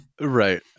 Right